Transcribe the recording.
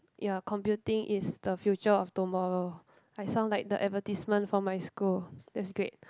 ya computing is the future of tomorrow I sound like the advertisement for my school that's great